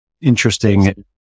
interesting